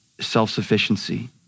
self-sufficiency